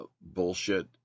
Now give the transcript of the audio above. bullshit